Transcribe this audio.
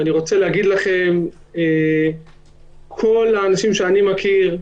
ואני רוצה להגיד לכם שכל האנשים שאני מכיר,